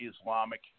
Islamic